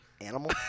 animal